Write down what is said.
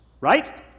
right